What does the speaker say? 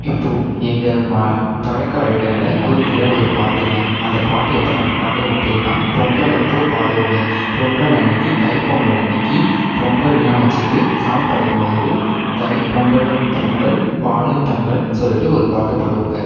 இப்போ எங்கள் ம பழக்க வழக்கங்களை குறிக்கிற ஒரு பாட்டுங்க அந்த பாட்டு எப்போ நாங்கள் பாடுவோம் அப்படின்னா பொங்கல் அப்போ பாடுவோங்க பொங்கல் அன்னக்கு தைப் பொங்கல் அன்னக்கு பொங்கல்லாம் வச்சிவிட்டு சாமிக்கு படைக்கும்போது தைப் பொங்கலும் பொங்கல் பாலும் பொங்கல் சொல்லிவிட்டு ஒரு பாட்டு பாடுவோங்க